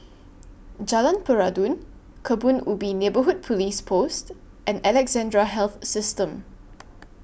Jalan Peradun Kebun Ubi Neighbourhood Police Post and Alexandra Health System